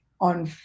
on